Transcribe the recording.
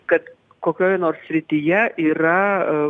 kad kokioje nors srityje yra